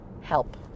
help